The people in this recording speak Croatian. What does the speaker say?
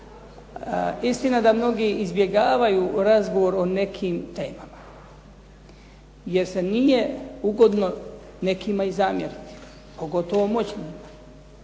Istina da mnogi izbjegavaju razgovor o nekim temama jer se nije ugodno nekima i zamjeriti pogotovo moćnima.